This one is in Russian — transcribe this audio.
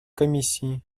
комиссии